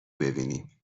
ببینیم